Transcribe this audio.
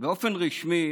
באופן רשמי